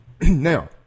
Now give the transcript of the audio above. Now